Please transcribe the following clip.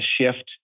shift